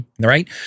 right